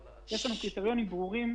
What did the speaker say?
קריטריונים ברורים